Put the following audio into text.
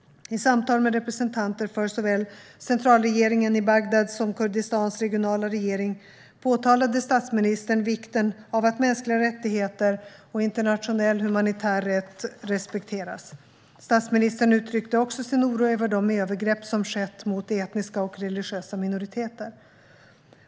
I samtal med representanter för såväl centralregeringen i Bagdad som Kurdistans regionala regering påtalade statsministern vikten av att mänskliga rättigheter och internationell humanitär rätt respekteras. Statsministern uttryckte också sin oro över de övergrepp som skett mot etniska och religiösa minoriteter.